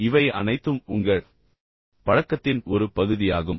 எனவே இவை அனைத்தும் உண்மையில் உங்கள் பழக்கத்தின் ஒரு பகுதியாகும்